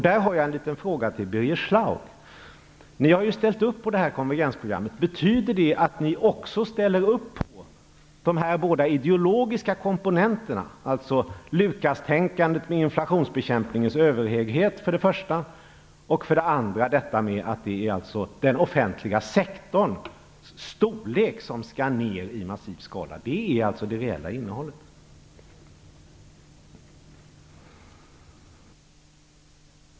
Där har jag en fråga till Birger Schlaug, då Miljöpartiet har ställt upp på konvergensprogrammet: Betyder det att ni också ställer upp på de här båda ideologiska komponenterna, dvs. för det första Lukastänkandet, med inflationsbekämpandets överhöghet, och för det andra detta att det är den offentliga sektorns storlek som skall tas ned i massiv skala? Det är alltså det reella innehållet.